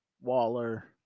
Waller